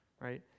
right